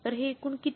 तर हे एकूण किती